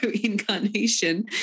incarnation